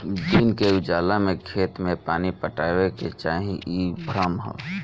दिन के उजाला में खेत में पानी पटावे के चाही इ भ्रम ह